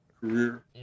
career